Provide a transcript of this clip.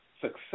success